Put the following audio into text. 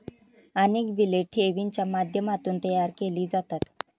अनेक बिले ठेवींच्या माध्यमातून तयार केली जातात